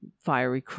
Fiery